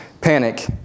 panic